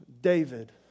David